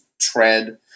tread